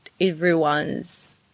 everyone's